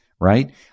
right